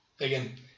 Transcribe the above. Again